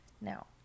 Now